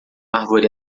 árvore